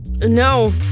No